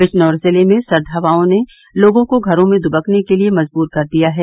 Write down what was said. बिजनौर जिले में सर्द हवाओं ने लोगों को घरो में दुबकने के लिये मजबूर कर दिया है